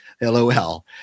LOL